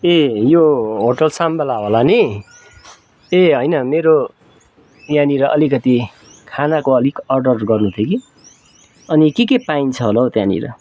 ए यो होटेल साम्भला होला नि ए होइन मेरो यहाँनिर अलिकति खानाको अलिक अर्डर गर्नु थियो कि अनि के के पाइन्छ होला हो त्यहाँनिर